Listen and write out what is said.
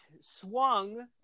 swung